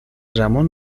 ramón